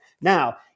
Now